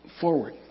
forward